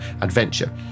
adventure